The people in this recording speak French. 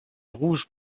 rouges